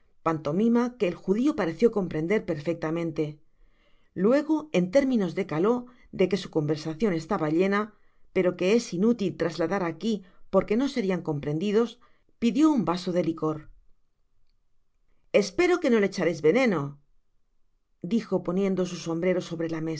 pantomina que el judio pareció comprender perfectamente luego en términos de caló de que su coa versacion estaba llena pero que es inútil trasladar aqui porque no serian comprendidos pidió u vaso de licor espero que tío le echaréis veneno dijo poniendo su sombrero sobre la mesa